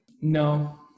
no